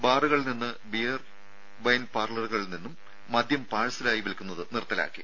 ബാറുകളിൽ നിന്നും beer wine പാർലറുകളിൽ നിന്നും മദ്യം പാഴ്സലായി വിൽക്കുന്നത് നിർത്തലാക്കി